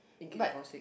in case you fall sick